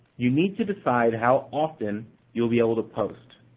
you need to decide how often you'll be able to post.